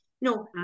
no